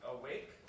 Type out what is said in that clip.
awake